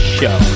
show